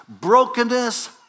brokenness